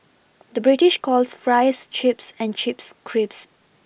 the British calls Fries Chips and Chips crips Crisps